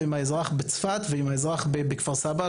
בצפת ובכפר סבא,